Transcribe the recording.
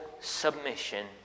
submission